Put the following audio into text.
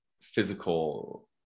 physical